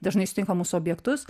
dažnai sutinkamus objektus